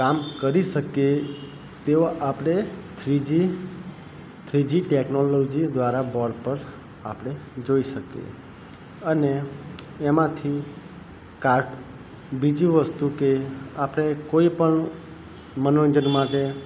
કામ કરી શકીએ તેઓ આપણે three G three G technology દ્વારા બોર્ડ પર આપણે જોઈ શકીએ અને એમાંથી કોઈ કાર્ટ વસ્તુ કે આપણે કોઈપણ મનોરંજન માટે